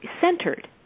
centered